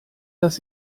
dass